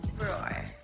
roar